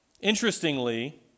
Interestingly